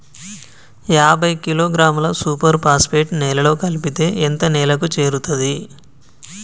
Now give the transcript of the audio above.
యాభై కిలోగ్రాముల super phosphate నేలలో కలిపితే ఎంత నేలకు చేరుతది?